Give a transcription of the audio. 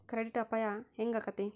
Credit ಅಪಾಯಾ ಹೆಂಗಾಕ್ಕತೇ?